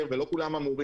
בריאות העם (נגיף הקורונה החדש) (בידוד בית והוראות שונות)